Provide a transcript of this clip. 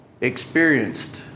experienced